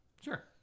Sure